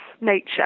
nature